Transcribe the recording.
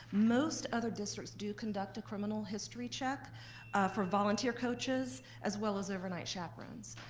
most other districts do conduct a criminal history check for volunteer coaches as well as overnight chaperones.